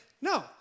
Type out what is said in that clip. No